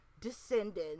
descendants